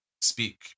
speak